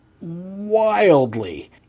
wildly